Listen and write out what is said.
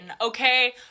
okay